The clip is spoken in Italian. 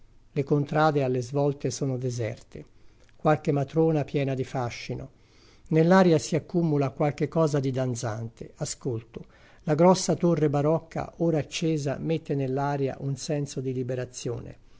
sono deserte qualche matrona piena di fascino nell'aria si accumula qualche cosa di danzante ascolto la grossa torre barocca ora accesa mette nell'aria un senso di liberazione